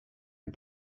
and